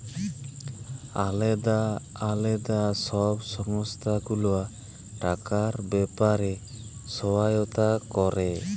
আলদা আলদা সব সংস্থা গুলা টাকার ব্যাপারে সহায়তা ক্যরে